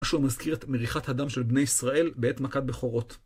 משהו המזכיר את מריחת הדם של בני ישראל בעת מכת בכורות.